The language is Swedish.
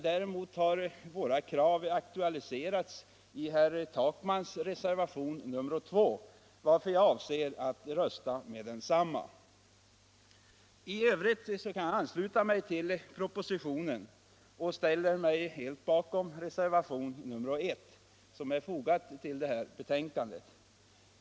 Däremot har våra krav aktualiserats i herr Takmans reservation nr 2, varför jag avser att rösta för densamma. I övrigt kan jag ansluta mig till propositionen och ställer mig helt bakom reservationen 1, som är fogad till betänkandet.